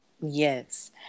yes